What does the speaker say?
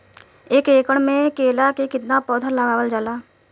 एक एकड़ में केला के कितना पौधा लगावल जाला?